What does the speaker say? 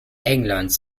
englands